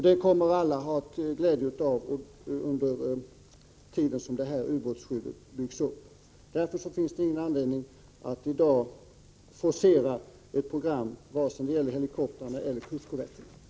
Det kommer alla att ha glädje av under tiden som ubåtsskyddet byggs upp. Därför finns det ingen anledning att i dag forcera fram ett program vare sig när det gäller helikoptrarna eller när det gäller kustkorvetterna.